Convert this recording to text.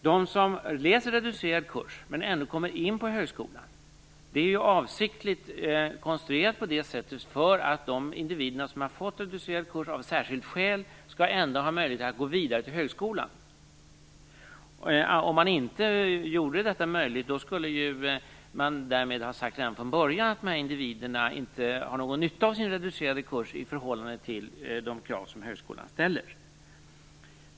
Man har avsiktligt konstruerat ett system som innebär att de som läser reducerad kurs ändå kan komma in på högskolan, så att de individer som har fått reducerad kurs av särskilt skäl ändå skall ha möjlighet att gå vidare till högskolan. Om detta inte hade varit möjligt skulle man redan från början ha sagt att dessa individer inte har någon nytta av sin reducerade kurs i förhållande till de krav som högskolan ställer.